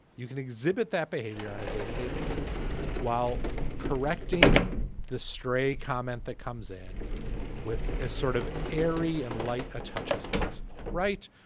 you can exhibit that behavior on a day to day basis while correcting the stray comment that comes in with a sort of airy and light a touch as possible. right.